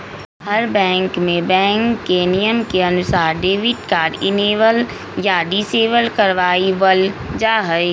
हर bank में bank के नियम के अनुसार डेबिट कार्ड इनेबल या डिसेबल करवा वल जाहई